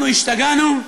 אנחנו השתגענו?